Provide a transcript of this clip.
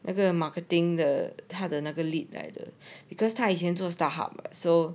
那个 marketing 的他的那个 lead 来得 because 他以前做 Starhub so